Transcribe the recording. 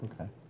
okay